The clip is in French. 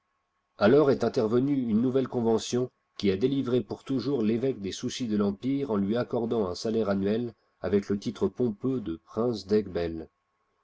alors est intervenue une nouvelle convention qui a délivré pour toujours l'évêque des soucis de l'empire en lui accordant un salaire annuel avec le titre pompeux de prince